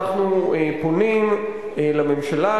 אנחנו פונים לממשלה,